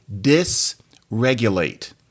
disregulate